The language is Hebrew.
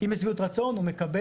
ואם יש שביעות רצון הוא מקבל,